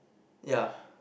ya